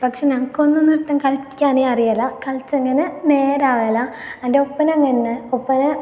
പക്ഷേ ഞങ്ങൾക്കൊന്നും നൃത്തം കളിക്കാനേ അറിയില്ല കളിച്ച് അങ്ങനെ നേരാകേല എൻ്റെ ഒപ്പന അങ്ങനെ തന്നെ ഒപ്പന